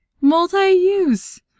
multi-use